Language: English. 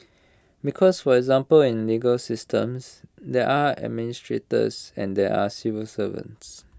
because for example in legal systems there are administrators and there are civil servants